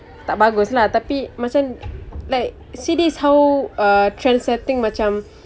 tak bagus lah tapi macam like see this is how uh trend setting macam